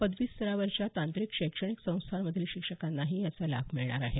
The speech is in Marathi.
पदवी स्तरावरच्या तांत्रिक शैक्षणिक संस्थांमधील शिक्षकांनाही याचा लाभ मिळणार आहे